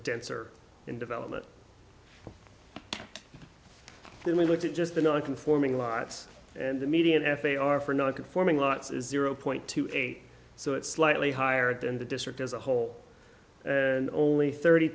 denser in development than we looked at just the non conforming lots and the median f a are for not conforming lots is zero point two eight so it's slightly higher than the district as a whole and only thirty